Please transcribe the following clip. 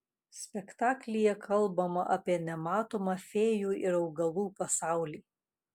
spektaklyje kalbama apie nematomą fėjų ir augalų pasaulį